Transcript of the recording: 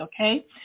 okay